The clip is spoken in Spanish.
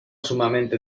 sumamente